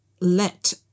let